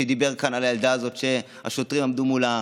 שדיבר כאן על הילדה הזאת שהשוטרים עמדו מולה.